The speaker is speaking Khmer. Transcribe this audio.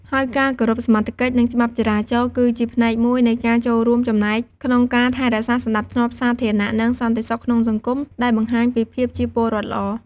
ហើយការគោរពសមត្ថកិច្ច និងច្បាប់ចរាចរណ៍ គឺជាផ្នែកមួយនៃការចូលរួមចំណែកក្នុងការថែរក្សាសណ្តាប់ធ្នាប់សាធារណៈ និងសន្តិសុខក្នុងសង្គម ដែលបង្ហាញពីភាពជាពលរដ្ឋល្អ។